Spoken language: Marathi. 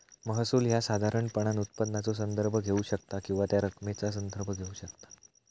महसूल ह्या साधारणपणान उत्पन्नाचो संदर्भ घेऊ शकता किंवा त्या रकमेचा संदर्भ घेऊ शकता